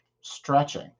stretching